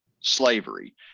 slavery